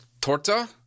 torta